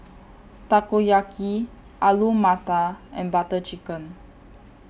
Takoyaki Alu Matar and Butter Chicken